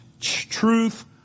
truth